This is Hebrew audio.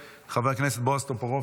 -- מוותרת, חבר הכנסת בועז טופורובסקי,